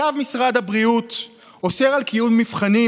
צו משרד הבריאות אוסר על קיום מבחנים